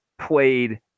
played